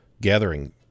gathering